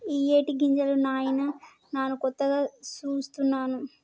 ఇయ్యేటి గింజలు నాయిన నాను కొత్తగా సూస్తున్నాను